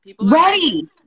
Ready